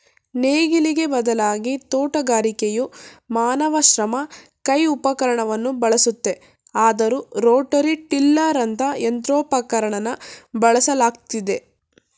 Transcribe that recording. ನೇಗಿಲಿಗೆ ಬದಲಾಗಿ ತೋಟಗಾರಿಕೆಯು ಮಾನವ ಶ್ರಮ ಕೈ ಉಪಕರಣವನ್ನು ಬಳಸುತ್ತೆ ಆದರೂ ರೋಟರಿ ಟಿಲ್ಲರಂತ ಯಂತ್ರೋಪಕರಣನ ಬಳಸಲಾಗ್ತಿದೆ